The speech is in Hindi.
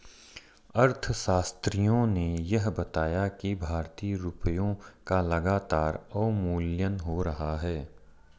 अर्थशास्त्रियों ने यह बताया कि भारतीय रुपयों का लगातार अवमूल्यन हो रहा है